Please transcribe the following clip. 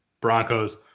Broncos